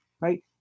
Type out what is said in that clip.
right